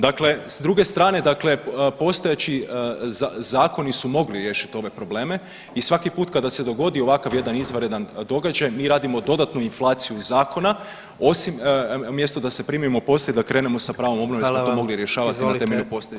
Dakle, s druge strane, dakle postojeći zakoni su mogli riješiti ove probleme i svaki put kada se dogodi ovakav jedan izvanredan događaj, mi radimo dodatnu inflaciju zakona, osim, mjesto da se primimo posla i da krenemo sa pravom obnovom [[Upadica: Hvala vam.]] jer smo to mogli rješavati na temelju postojećeg.